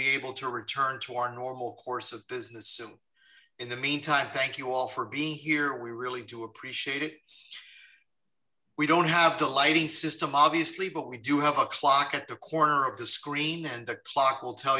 be able to return to our normal course of business in the meantime thank you all for being here we really do appreciate it we don't have to light a system obviously but we do have a clock at the corner of the screen and the clock will tell